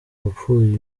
hapfuye